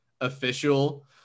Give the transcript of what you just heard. official